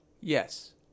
Yes